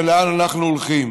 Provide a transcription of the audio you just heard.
ולאן אנחנו הולכים.